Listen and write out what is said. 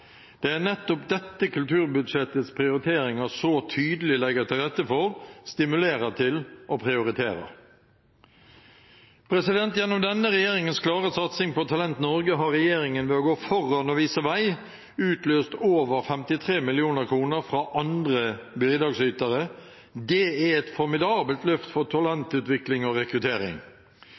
Det er nettopp dette kulturbudsjettets prioriteringer så tydelig legger til rette for, stimulerer til og prioriterer. Gjennom denne regjeringens klare satsing på Talent Norge har regjeringen, ved å gå foran og vise vei, utløst over 53 mill. kr fra andre bidragsytere. Det er et formidabelt løft for talentutvikling og rekruttering.